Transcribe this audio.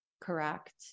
correct